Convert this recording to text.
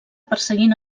perseguint